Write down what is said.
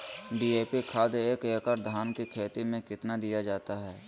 DAP खाद एक एकड़ धान की खेती में कितना दीया जाता है?